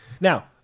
Now